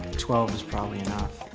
twelve is probably enough.